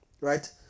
Right